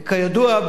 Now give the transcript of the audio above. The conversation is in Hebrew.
כידוע,